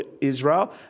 Israel